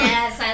Yes